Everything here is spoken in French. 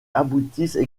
aboutissent